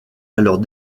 alors